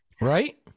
Right